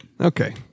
Okay